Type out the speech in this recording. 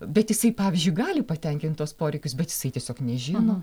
bet jisai pavyzdžiui gali patenkint tuos poreikius bet jisai tiesiog nežino